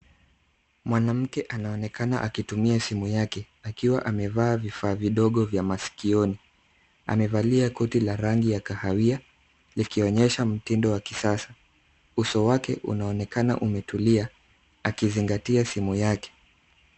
Mwanamke anaonekana akitumia simu yake akiwa amevaa vifaa vidogo vya maskioni. Amevalia koti la rangi ya kahawia likionyesha mtindo wa kisasa. Uso wake unaonekana umetulia akizingatia simu yake.